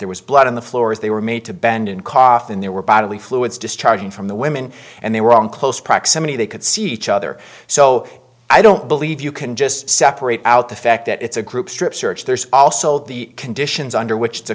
there was blood on the floor as they were made to bend in coffee and there were bodily fluids discharging from the women and they were in close proximity they could see each other so i don't believe you can just separate out the fact that it's a group strip search there's also the conditions under which the